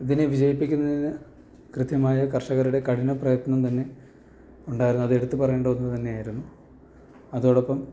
ഇതിനെ വിജയിപ്പിക്കുന്നതിന് കൃത്യമായ കർഷകരുടെ കഠിന പ്രയത്നം തന്നെ ഉണ്ടായിരുന്നതെടുത്ത് പറയേണ്ട ഒന്ന് തന്നെയായിരുന്നു അതോടൊപ്പം